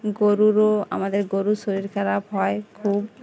গরুরও আমাদের গরুর শরীর খারাপ হয় খুব